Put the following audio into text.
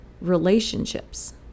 relationships